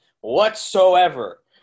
whatsoever